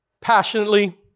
passionately